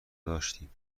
داشتیم